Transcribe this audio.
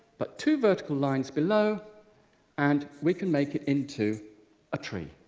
but two vertical lines below and we can make it into a tree.